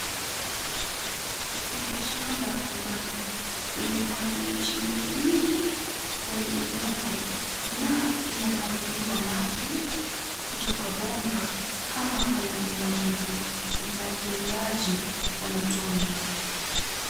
Kuna shamba ambalo limepandwa miche mingi mingi, kwenye udongo na inamwagiliwa maji kutoka bomba kama kwenye umwagiliaji wa matone.